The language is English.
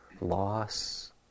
loss